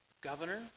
governor